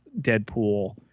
Deadpool